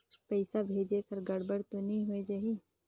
पइसा भेजेक हर गड़बड़ तो नि होए जाही?